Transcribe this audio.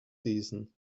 season